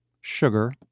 sugar